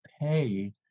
pay